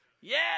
Yes